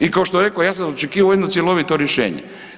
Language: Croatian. I kao što rekoh, ja sam očekivao jedno cjelovito rješenje.